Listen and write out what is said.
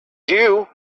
you